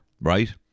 right